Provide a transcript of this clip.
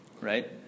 right